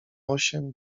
osiem